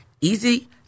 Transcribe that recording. Easy